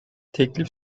teklif